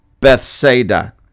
Bethsaida